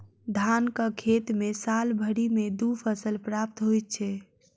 धानक खेत मे साल भरि मे दू फसल प्राप्त होइत छै